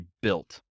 built